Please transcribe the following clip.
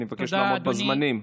אני מבקש לעמוד בזמנים.